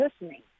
listening